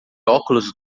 óculos